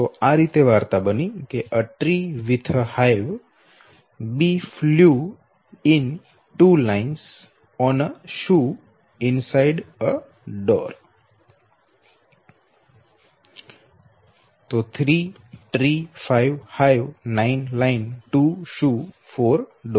અહી 9 બે વખત છે તેથી લાઈન બે છે